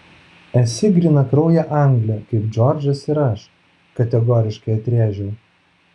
esi grynakraujė anglė kaip džordžas ir aš kategoriškai atrėžiau